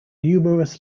numerous